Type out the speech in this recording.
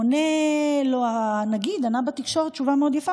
עונה הנגיד בתקשורת תשובה מאוד יפה.